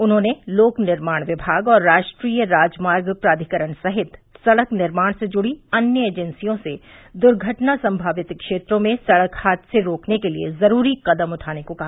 उन्होंने लोक निर्माण विषाग और राष्ट्रीय राजमार्ग प्राधिकरण सहित सड़क निर्माण से जुड़ी अन्य एजेंसियों से दुर्घटना सम्मावित क्षेत्रों में सड़क हादसे रोकने के लिए जुरूरी कदम उठाने को कहा